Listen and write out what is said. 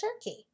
turkey